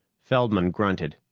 feldman grunted.